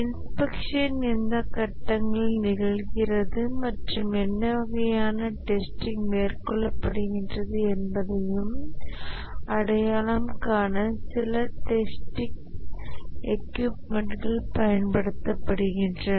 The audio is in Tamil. இன்ஸ்பெக்ஷன் எந்த கட்டங்களில் நிகழ்கிறது மற்றும் என்ன வகையான டெஸ்டிங் மேற்கொள்ளப்படுகின்றன என்பதையும் அடையாளம் காண சில டெஸ்டிங் எக்யூப்மென்ட்கள் பயன்படுத்தப்படுகின்றன